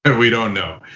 and we don't know.